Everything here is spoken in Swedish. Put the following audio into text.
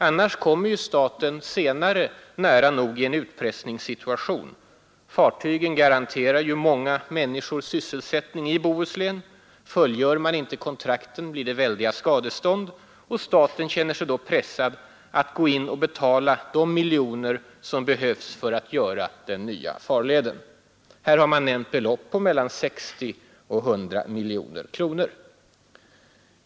Annars kommer staten senare nära nog i en utpressningssituation: fartygen garanterar ju många människors sysselsättning i Bohuslän, fullgör man inte kontrakten blir det väldiga skadestånd och staten känner sig pressad att gå in och betala de miljoner som behövs för att göra den nya farleden. Här har det nämnts belopp på mellan 60 och 100 miljoner kronor.